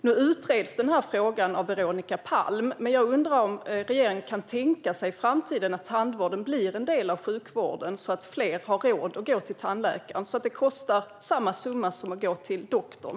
Nu utreds den här frågan av Veronica Palm, men jag undrar om regeringen kan tänka sig att tandvården i framtiden blir en del av sjukvården så att tandvård kostar lika mycket som att gå till doktorn och fler därmed har råd att gå till tandläkaren.